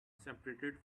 separated